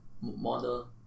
model